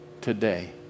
today